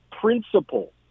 principle